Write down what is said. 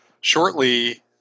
shortly